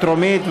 העם (חובת חיסון תלמידים במוסד חינוכי),